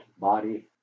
body